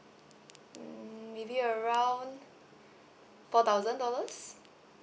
mm maybe around four thousand dollars